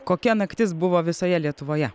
kokia naktis buvo visoje lietuvoje